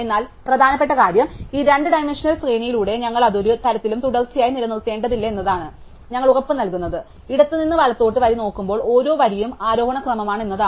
എന്നാൽ പ്രധാനപ്പെട്ട കാര്യം ഈ രണ്ട് ഡൈമൻഷണൽ ശ്രേണിയിലൂടെ ഞങ്ങൾ അത് ഒരു തരത്തിലും തുടർച്ചയായി നിലനിർത്തേണ്ടതില്ല എന്നതാണ് ഞങ്ങൾ ഉറപ്പുനൽകുന്നത് ഇടത്തുനിന്ന് വലത്തോട്ട് വരി നോക്കുമ്പോൾ ഓരോ വരിയും ആരോഹണ ക്രമമാണ് എന്നതാണ്